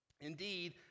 Indeed